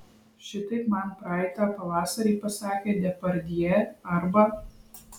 šitaip man praeitą pavasarį pasakė depardjė arba